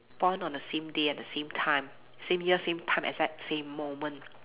born on the same day at the same time same year same time exact same moment